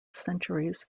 centuries